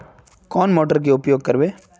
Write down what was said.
कौन मोटर के उपयोग करवे?